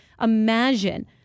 imagine